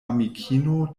amikino